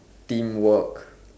teamwork